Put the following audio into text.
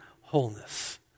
wholeness